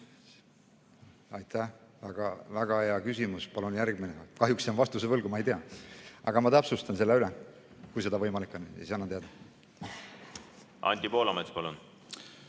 Aitäh! Väga hea küsimus, palun järgmine. Kahjuks jään vastuse võlgu, ma ei tea. Aga ma täpsustan selle üle, kui see võimalik on,